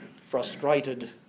frustrated